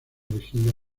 regida